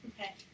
Okay